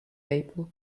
apple